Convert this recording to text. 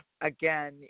again